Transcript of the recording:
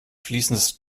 fließendes